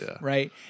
right